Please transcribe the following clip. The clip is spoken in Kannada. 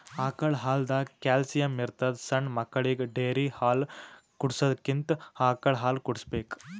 ಆಕಳ್ ಹಾಲ್ದಾಗ್ ಕ್ಯಾಲ್ಸಿಯಂ ಇರ್ತದ್ ಸಣ್ಣ್ ಮಕ್ಕಳಿಗ ಡೇರಿ ಹಾಲ್ ಕುಡ್ಸಕ್ಕಿಂತ ಆಕಳ್ ಹಾಲ್ ಕುಡ್ಸ್ಬೇಕ್